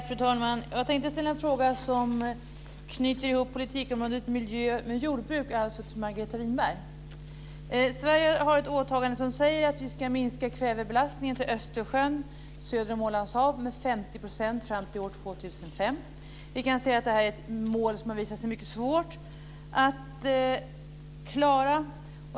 Fru talman! Jag tänkte ställa en fråga som knyter ihop politikområdet miljö med jordbruk. Jag riktar mig till Margareta Winberg. Sverige har ett åtagande som säger att vi ska minska kvävebelastningen till Östersjön söder om Ålands hav med 50 % fram till år 2005. Det är ett mål som har visat sig mycket svårt att klara.